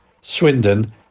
Swindon